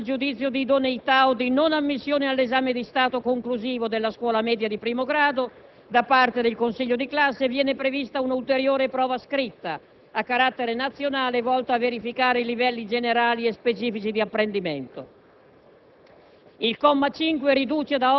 Al comma 4 viene ripristinato il giudizio di idoneità o di non ammissione all'esame di Stato conclusivo della scuola media di primo grado da parte del consiglio di classe e viene prevista una ulteriore prova scritta, a carattere nazionale, volta a verificare i livelli generali e specifici di apprendimento.